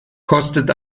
kostet